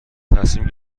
تصمیم